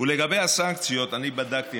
ולגבי הסנקציות, אני בדקתי.